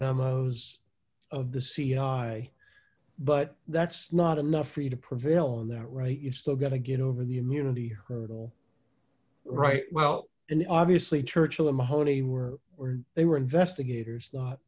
memos of the cia but that's not enough for you to prevail in that right you still got to get over the immunity hurdle right well and obviously churchill in mahoney were they were investigators